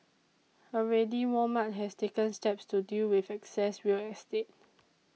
already Walmart has taken steps to deal with excess real estate